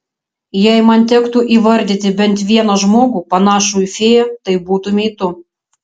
jei man tektų įvardyti bent vieną žmogų panašų į fėją tai būtumei tu